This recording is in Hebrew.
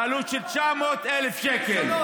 בעלות 900 מיליון שקלים.